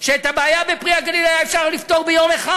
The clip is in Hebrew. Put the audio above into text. שאת הבעיה ב"פרי הגליל" היה אפשר לפתור ביום אחד.